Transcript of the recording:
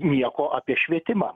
nieko apie švietimą